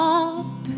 up